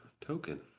token